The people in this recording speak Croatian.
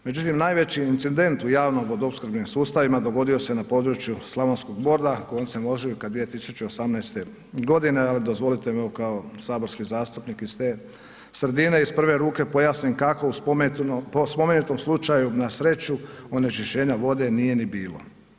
Međutim najveći incident u javno-vodoopskrbnim sustavima dogodio se na području Slavonskog Broda koncem ožujka 2018. g., dozvolite mi kao saborski zastupnik iz te sredine, iz prve ruke da pojasnim kako u spomenutom slučaju na sreću onečišćenja vode, nije ni bilo.